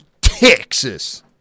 Texas